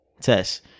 test